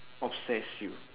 obsessed you